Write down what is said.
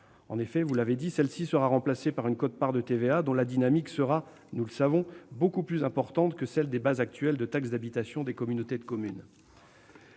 En effet, vous l'avez dit, cette dernière sera remplacée par une quote-part de TVA, dont la dynamique sera, nous le savons, beaucoup plus importante que celle des bases actuelles de taxe d'habitation des communautés de communes.